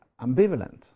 ambivalent